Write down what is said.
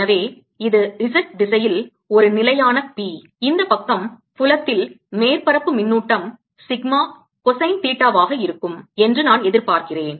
எனவே இது z திசையில் ஒரு நிலையான p இந்த பக்கம் புலத்தில் மேற்பரப்பு மின்னூட்டம் சிக்மா cosine தீட்டாவாக இருக்கும் என்று நான் எதிர்பார்க்கிறேன்